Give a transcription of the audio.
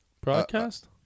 broadcast